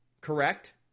Correct